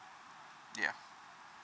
yeah